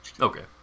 Okay